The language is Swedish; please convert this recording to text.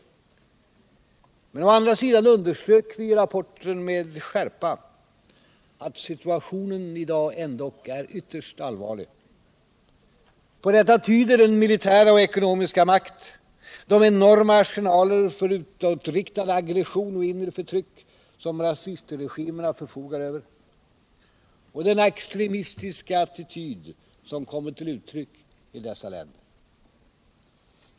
Å andra sidan underströk vi i rapporten med skärpa att situationen är mycket allvarlig. På detta tyder den militära och ekonomiska makt, de enorma arsenaler av utåtriktad aggression och inre förtryck som rasistregimerna förfogar över samt den extremistiska attityd som kommer till uttryck i dessa länder.